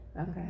okay